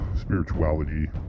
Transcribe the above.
spirituality